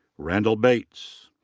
randall bates.